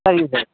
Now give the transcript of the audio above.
சரிங்க சார்